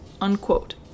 unquote